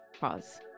Pause